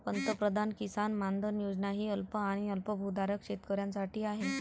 पंतप्रधान किसान मानधन योजना ही अल्प आणि अल्पभूधारक शेतकऱ्यांसाठी आहे